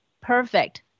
perfect